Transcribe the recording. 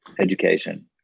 education